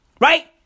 Right